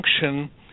function